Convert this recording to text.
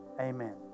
amen